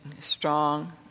strong